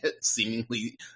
seemingly